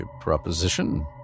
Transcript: proposition